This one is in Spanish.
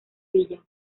villa